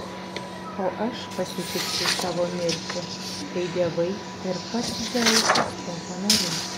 o aš pasitiksiu savo mirtį kai dievai ir pats dzeusas to panorės